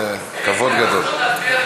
זה כבוד גדול.